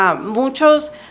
muchos